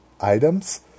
items